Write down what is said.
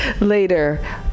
later